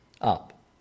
up